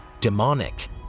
demonic